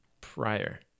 Prior